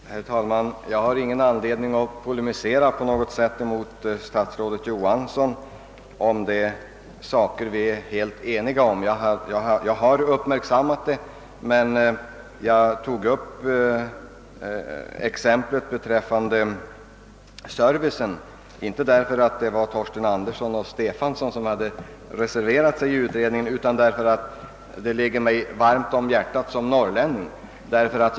Herr talman! Jag har ingen anledning att på något sätt polemisera mot statsrådet Johansson beträffande de frågor som vi är helt eniga om. Jag tog inte upp exemplet beträffande servicen därför att det var herrar Torsten Andersson och Stefanson som reserverat sig i utredningen, utan därför att dessa frågor ligger mig varmt om hjärtat i min egenskap av norrlänning.